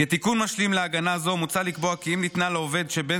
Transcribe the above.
כתיקון משלים להגנה זו מוצע לקבוע כי אם ניתנה לעובד שבן